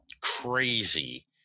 crazy